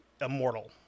immortal